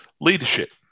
leadership